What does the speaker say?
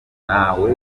ntawe